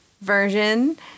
version